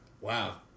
Wow